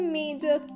major